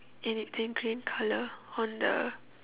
and it's in green colour on the